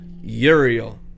Uriel